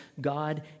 God